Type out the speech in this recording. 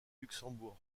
luxembourg